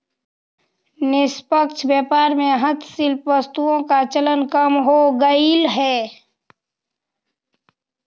निष्पक्ष व्यापार में हस्तशिल्प वस्तुओं का चलन कम हो गईल है